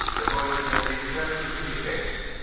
avoid their destructive eflects.